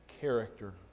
character